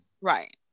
Right